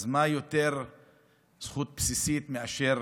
אז מה יותר זכות בסיסית מאשר